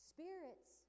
Spirits